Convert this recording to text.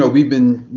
ah we've been,